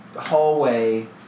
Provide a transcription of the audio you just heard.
hallway